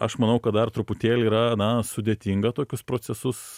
aš manau kad dar truputėlį yra na sudėtinga tokius procesus